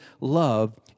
love